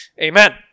amen